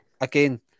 Again